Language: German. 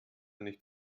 nicht